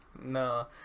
no